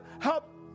help